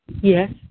Yes